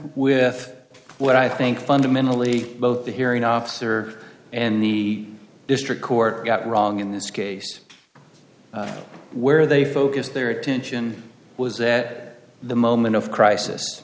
with what i think fundamentally both the hearing officer and the district court got wrong in this case where they focus their attention was that the moment of crisis